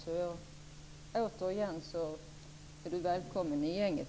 Återigen vill jag säga att Tuve Skånberg är välkommen i gänget.